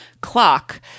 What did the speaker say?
clock